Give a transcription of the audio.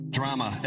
drama